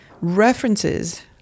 references